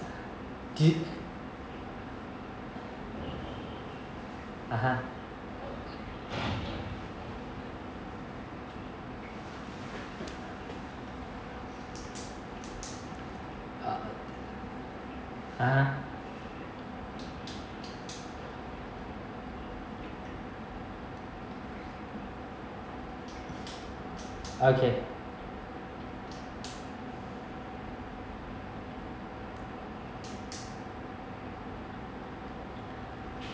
do (uh huh) (uh huh) okay